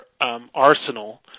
arsenal